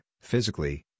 physically